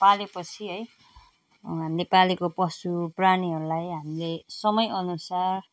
पाले पछि है हामीले पालेको पशु प्राणीहरूलाई हामीले समय अनुसार